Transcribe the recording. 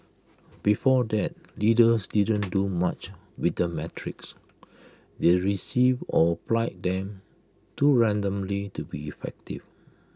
before that leaders didn't do much with the metrics they received or applied them too randomly to be effective